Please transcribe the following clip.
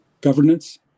governance